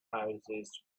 houses